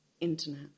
internet